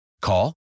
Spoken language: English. Call